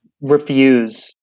refuse